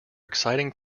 exciting